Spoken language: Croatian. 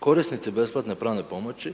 Korisnici besplatne pravne pomoć